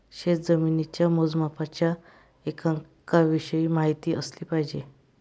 शेतजमिनीच्या मोजमापाच्या एककांविषयी माहिती असली पाहिजे